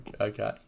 Okay